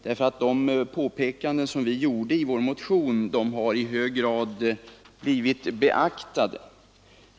De påpekanden som vi gjorde i vår motion har nämligen i hög grad blivit beaktade.